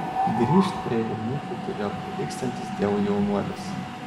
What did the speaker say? grįžt prie jaunikių turėjo prilygstantis dievui jaunuolis